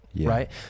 right